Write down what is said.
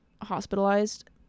hospitalized